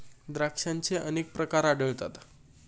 द्राक्षांचे अनेक प्रकार आढळतात